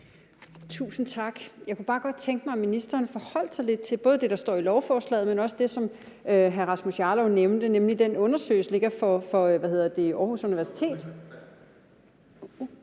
Tusind tak. Jeg kunne bare godt tænke mig, at ministeren forholdt sig lidt til både det, der står i lovforslaget, men også det, som hr. Rasmus Jarlov nævnte, nemlig den undersøgelse, der ligger fra Aarhus Universitet,